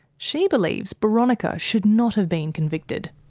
she believes boronika should not have been convicted.